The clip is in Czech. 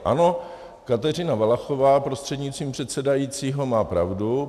Ano, Kateřina Valachová, prostřednictvím předsedajícího, má pravdu.